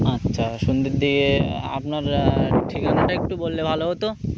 আচ্ছা সন্ধের দিকে আপনার ঠিকানাটা একটু বললে ভালো হতো